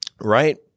right